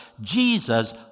Jesus